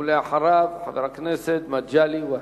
ואחריו חבר הכנסת מגלי והבה.